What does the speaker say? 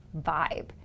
vibe